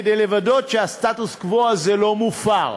כדי לוודא שהסטטוס-קוו הזה לא מופר.